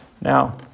Now